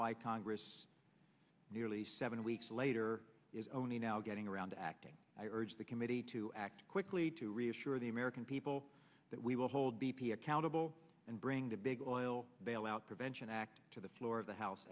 why congress nearly seven weeks later is only now getting around acting i urge the committee to act quickly to reassure the american people that we will hold b p accountable and bring the big oil bailout prevention act to the floor of the house